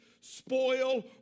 spoil